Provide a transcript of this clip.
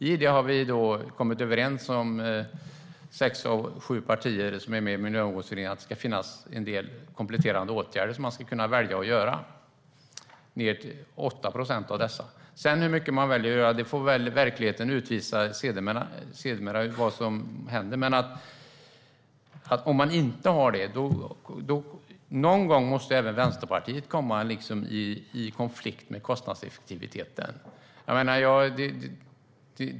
I det har sex av sju partier som är med i Miljömålsberedningen sagt att det ska finnas en del kompletterande åtgärder som man ska kunna välja att göra - ned till 8 procent av dessa. Hur mycket man sedan väljer att göra får väl verkligheten utvisa. Vi får sedermera se vad som händer. Någon gång måste även Vänsterpartiet komma i konflikt med kostnadseffektiviteten.